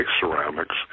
ceramics